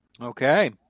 Okay